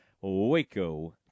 Waco